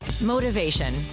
Motivation